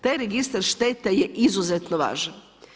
Taj registar šteta je izuzetno važan.